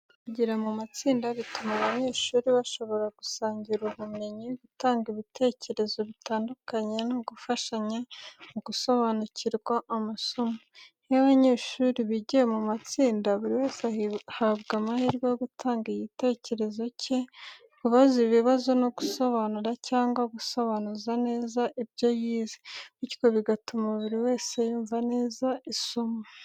Kwigira mu matsinda bituma abanyeshuri bashobora gusangira ubumenyi, gutanga ibitekerezo bitandukanye no gufashanya mu gusobanukirwa amasomo. Iyo abanyeshuri bigiye mu matsinda, buri wese ahabwa amahirwe yo gutanga igitekerezo cye, kubaza ibibazo no gusobanura cyangwa gusobanuza neza ibyo yize, bityo bigatuma buri wese yumva neza isomo.